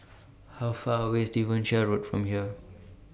How Far away IS Devonshire Road from here